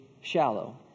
shallow